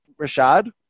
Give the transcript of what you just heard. Rashad